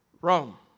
Rome